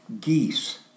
geese